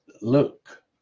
look